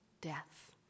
death